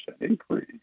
Increase